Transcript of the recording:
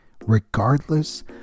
regardless